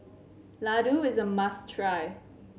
Ladoo is a must try